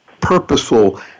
purposeful